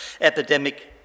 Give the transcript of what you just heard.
epidemic